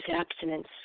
abstinence